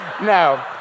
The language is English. No